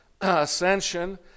ascension